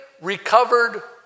recovered